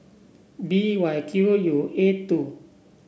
B Y Q U eight two